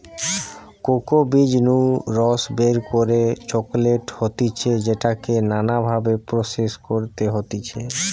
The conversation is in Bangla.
কোকো বীজ নু রস বের করে চকলেট হতিছে যেটাকে নানা ভাবে প্রসেস করতে হতিছে